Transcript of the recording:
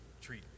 treat